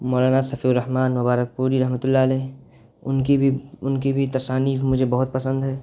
مولانا صفی الرحمن مبارکپوری رحمۃ اللہ علیہ ان کی بھی ان کی بھی تصانیف مجھے بہت پسند ہے